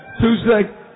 Tuesday